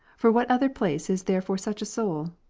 for what other place is there for such a soul?